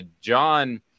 John